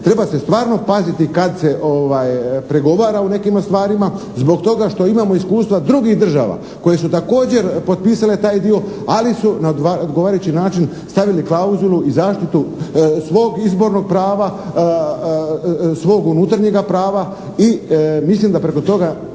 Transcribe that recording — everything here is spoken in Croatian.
treba se stvarno paziti kad se pregovara u nekim stvarima zbog toga što imamo iskustva drugih država koje su također potpisale taj dio, ali su na odgovarajući način stavili klauzulu i zaštitu svog izbornog prava, svog unutarnjeg prava i mislim da preko toga